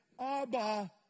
Abba